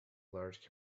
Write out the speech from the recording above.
large